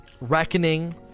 reckoning